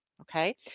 Okay